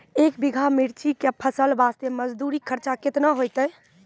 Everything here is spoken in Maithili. एक बीघा मिर्ची के फसल वास्ते मजदूरी खर्चा केतना होइते?